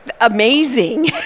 Amazing